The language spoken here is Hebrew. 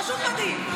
פשוט מדהים.